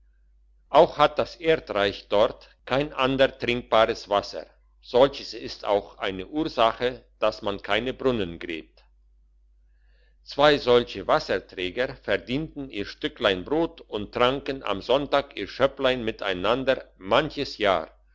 auch hat das erdreich dort kein ander trinkbares wasser solches ist auch eine ursache dass man keine brunnen gräbt zwei solche wasserträger verdienten ihr stücklein brot und tranken am sonntag ihr schöpplein miteinander manches jahr